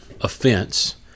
offense